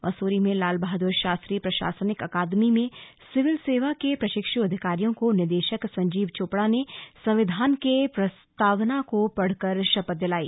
मसूरी में लाल बहादुर शास्त्री प्रशासनिक अकादमी में सिविल सेवा के प्रशिक्षु अधिकारियों को निदेशक संजीव चोपड़ा ने संविधान के प्रस्तावना को पढ़कर शपथ दिलाई